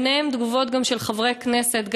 ובהן גם תגובות של חברי כנסת,